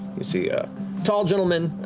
you see a tall gentleman,